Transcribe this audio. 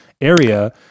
area